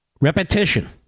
repetition